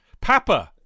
Papa